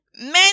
Men